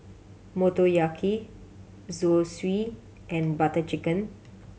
Motoyaki Zosui and Butter Chicken